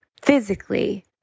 physically